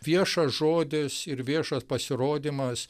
viešas žodis ir viešas pasirodymas